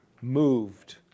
Moved